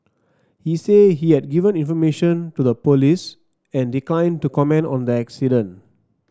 he said he had given information to the police and declined to comment on the accident